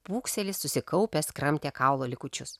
pūkselis susikaupęs kramtė kaulo likučius